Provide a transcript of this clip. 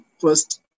first